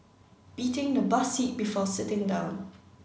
beating the bus seat before sitting down